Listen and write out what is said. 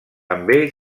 també